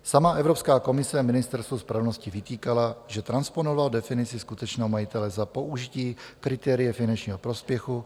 Sama Evropská komise Ministerstvu spravedlnosti vytýkala, že transponovalo definici skutečného majitele za použití kritéria finančního prospěchu.